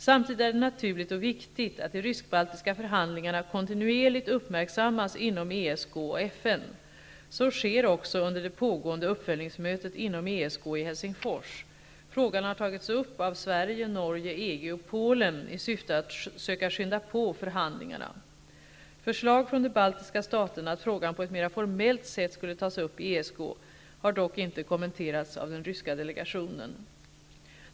Samtidigt är det naturligt och viktigt att de ryskbaltiska förhandlingarna kontinuerligt uppmärksammas inom ESK och FN. Så sker också under det pågående uppföljningsmötet inom ESK i Helsingfors. Frågan har tagits upp av Sverige, Norge, EG och Polen i syfte att söka skynda på förhandlingarna. Förslag från de baltiska staterna att frågan på ett mera formellt sätt skulle tas upp i ESK har dock inte kommenterats av den ryska delegationen.